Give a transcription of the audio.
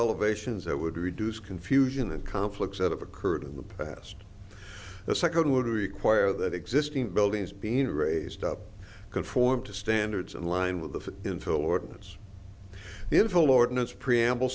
elevations that would reduce confusion and conflicts that have occurred in the past the second would require that existing buildings being raised up conform to standards in line with the